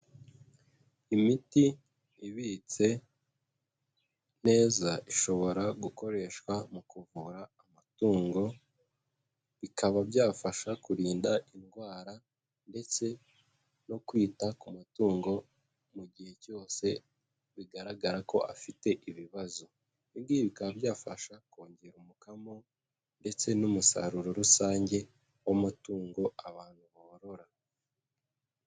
Imiti ibitse neza ishobora gukoreshwa mu kuvura amatungo bikaba byafasha kurinda indwara ndetse no kwita ku matungo mu gihe cyose bigaragara ko afite ibibazo. Ibi ngibi bikaba byafasha kongera umukamo ndetse n'umusaruro rusange w'amatungo abantu borora.